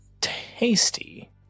tasty